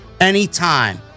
anytime